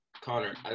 Connor